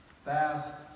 Fast